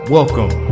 Welcome